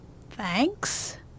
Thanks